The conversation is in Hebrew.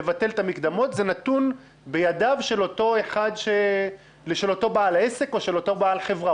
לבטל את המקדמות זה נתון בידיו של אותו בעל העסק או של אותו בעל חברה.